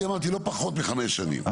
אני אמרתי לא פחות מחמש שנים.